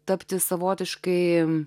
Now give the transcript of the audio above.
tapti savotiškai